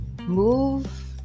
move